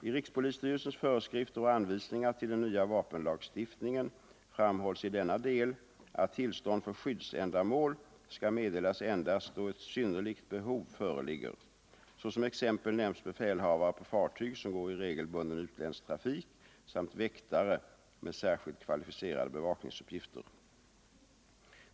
I rikspolisstyrelsens föreskrifter och anvisningar till den nya vapenlagstiftningen framhålls i denna del att tillstånd för skyddsändamål skall meddelas endast då ett synnerligt behov föreligger. Såsom exempel nämns befälhavare på fartyg som går i regelbunden utländsk trafik samt väktare med särskilt kvalificerade bevakningsuppgifter.